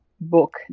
book